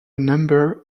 number